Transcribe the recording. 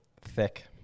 thick